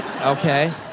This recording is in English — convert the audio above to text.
Okay